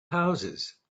houses